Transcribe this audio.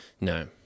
No